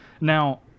Now